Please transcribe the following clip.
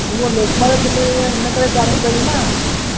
हूअ लोक मान्य तिलक हिन करे चालू कई न